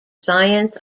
science